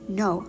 no